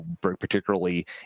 particularly